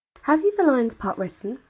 have you the lion's part written?